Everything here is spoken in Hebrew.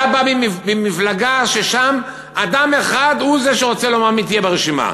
אתה בא ממפלגה ששם אדם אחד רוצה לומר מי יהיה ברשימה.